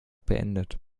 beendet